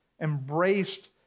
embraced